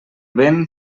vent